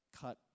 cut